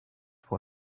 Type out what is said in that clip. for